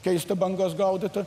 keisti bangas gaudyti